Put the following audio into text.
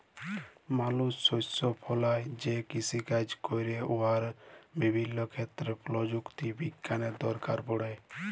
মালুস শস্য ফলাঁয় যে কিষিকাজ ক্যরে উয়াতে বিভিল্য ক্ষেত্রে পরযুক্তি বিজ্ঞালের দরকার পড়ে